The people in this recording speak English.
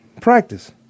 Practice